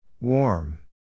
Warm